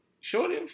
Shorty